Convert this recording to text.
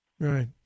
Right